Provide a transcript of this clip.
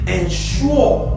Ensure